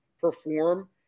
perform